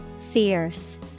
Fierce